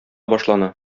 башлана